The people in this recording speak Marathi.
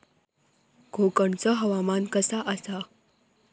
कोकनचो हवामान कसा आसा?